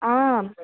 आम्